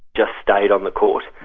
just stayed on the court,